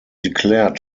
declared